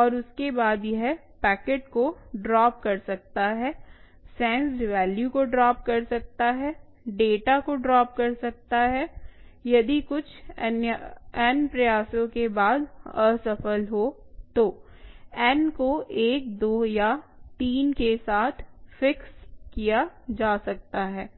और उसके बाद यह पैकेट को ड्राप कर सकता है सेंस्ड वैल्यू को ड्राप कर सकता है डेटा को ड्रॉप कर सकता है यदि कुछ n प्रयासों के बाद असफल हो तो n को 1 2 या 3 के साथ फिक्स किया जा सकता है